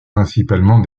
principalement